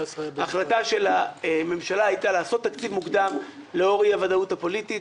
ההחלטה של הממשלה הייתה לעשות תקציב מוגדר לאור אי הוודאות הפוליטית.